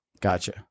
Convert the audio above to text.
Gotcha